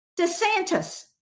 DeSantis